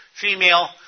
female